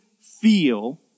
feel